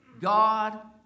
God